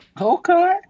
Okay